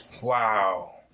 Wow